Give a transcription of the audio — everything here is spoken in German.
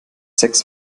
sechs